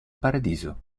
paradiso